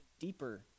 deeper